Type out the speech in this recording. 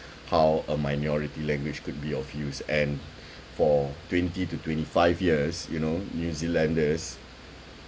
how a minority language could be of use and for twenty to twenty five years you know new zealanders